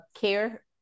care